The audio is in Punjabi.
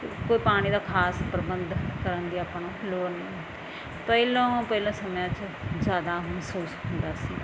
ਕਿਉਂਕਿ ਪਾਣੀ ਦਾ ਖ਼ਾਸ ਪ੍ਰਬੰਧ ਕਰਨ ਦੀ ਆਪਾਂ ਨੂੰ ਲੋੜ ਨਹੀਂ ਹੁੰਦੀ ਪਹਿਲੋਂ ਪਹਿਲਾਂ ਸਮਿਆਂ 'ਚ ਜ਼ਿਆਦਾ ਮਹਿਸੂਸ ਹੁੰਦਾ ਸੀ